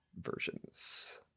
versions